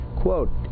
Quote